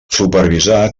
supervisar